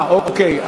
אוקיי.